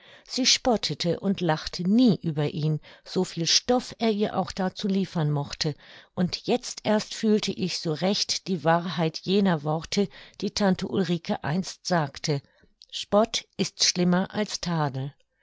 sie spottete und lachte nie über ihn so viel stoff er ihr auch dazu liefern mochte und jetzt erst fühlte ich so recht die wahrheit jener worte die tante ulrike einst sagte spott ist schlimmer als tadel